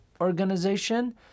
organization